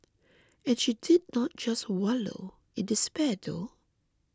and she did not just wallow in despair though